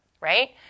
right